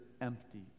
empty